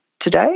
today